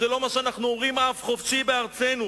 זה לא מה שאנחנו אומרים "עם חופשי בארצנו".